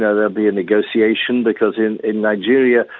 or there'll be a negotiation, because in in nigeria,